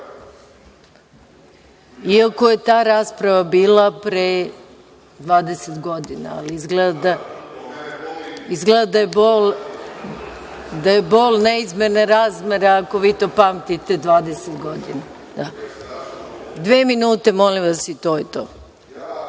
je ta rasprava bila pre 20 godina, ali izgleda da je bol neizmerne razmere ako vi to pamtite 20 godina. Dva minuta i to je to.